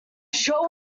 show